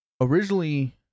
originally